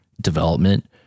development